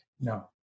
No